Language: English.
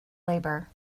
labor